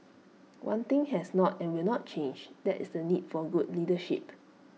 one thing has not and will not change that is the need for good leadership